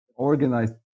organized